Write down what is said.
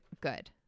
good